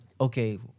okay